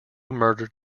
murdered